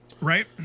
Right